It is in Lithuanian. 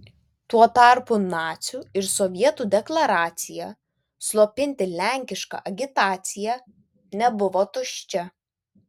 tuo tarpu nacių ir sovietų deklaracija slopinti lenkišką agitaciją nebuvo tuščia